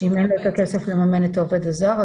אם אין לו את הכסף לממן את העובד הזר,